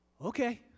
okay